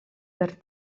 per